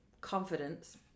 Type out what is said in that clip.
confidence